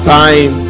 time